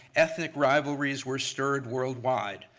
ethnic rivalries were stirred worldwide.